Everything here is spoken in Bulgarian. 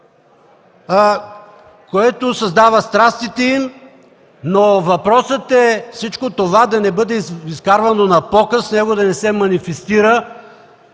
което създава страстите им, но въпросът е всичко това да не го изкарваме на показ, да не се манифестира